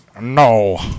No